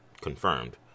confirmed